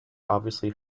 obviously